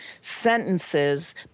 sentences